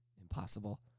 Impossible